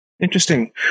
Interesting